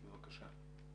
בבקשה.